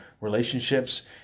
relationships